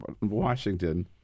Washington